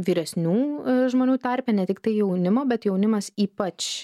vyresnių žmonių tarpe ne tiktai jaunimo bet jaunimas ypač